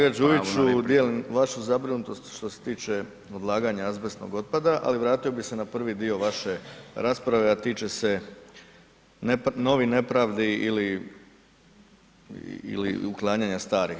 Kolega Đujiću dijelim vašu zabrinutost što se tiče odlaganja azbestnog otpada ali vratio bih se na prvi dio vaše rasprave a tiče se novih nepravdi ili uklanjanja starih.